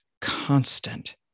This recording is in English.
constant